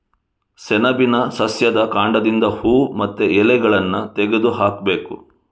ಸೆಣಬಿನ ಸಸ್ಯದ ಕಾಂಡದಿಂದ ಹೂವು ಮತ್ತೆ ಎಲೆಗಳನ್ನ ತೆಗೆದು ಹಾಕ್ಬೇಕು